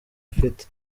afite